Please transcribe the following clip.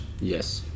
Yes